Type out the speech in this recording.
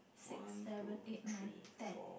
six seven eight nine ten